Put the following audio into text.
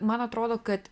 man atrodo kad